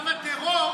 גם הטרור,